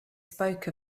spoke